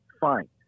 Fine